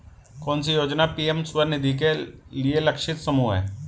कौन सी योजना पी.एम स्वानिधि के लिए लक्षित समूह है?